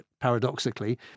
paradoxically